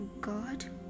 God